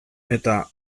eta